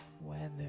weather